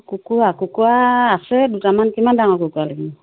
কুকুৰা কুকুৰা আছে দুটামান কিমান ডাঙৰ কুকুৰা লাগিব